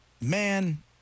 man